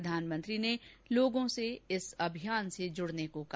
प्रधानमंत्री ने लोगों से इस अभियान से जुड़ने को कहा